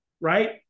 right